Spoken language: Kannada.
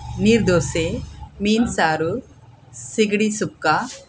ನೀರು ದೋಸೆ ಮೀನುಸಾರು ಸಿಗಡಿ ಸುಕ್ಕ